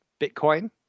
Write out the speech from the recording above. Bitcoin